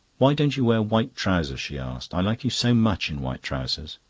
why don't you wear white trousers? she asked. i like you so much in white trousers.